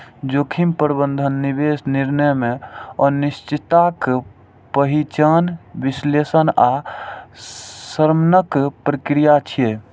जोखिम प्रबंधन निवेश निर्णय मे अनिश्चितताक पहिचान, विश्लेषण आ शमनक प्रक्रिया छियै